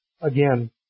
again